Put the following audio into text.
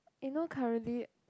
eh no currently